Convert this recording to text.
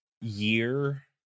year